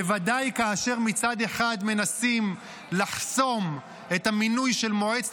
בוודאי כאשר מצד אחד מנסים לחסום את המינוי של מועצת